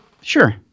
sure